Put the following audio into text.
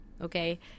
okay